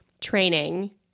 training